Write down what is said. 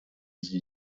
sie